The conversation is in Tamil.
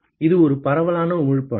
இது ஒரு பரவலான உமிழ்ப்பான்